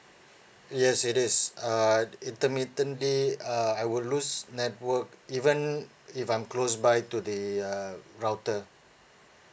yes it is uh intermittently uh I would lose network even if I'm close by to the uh router